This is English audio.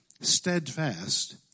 steadfast